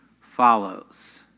follows